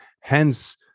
Hence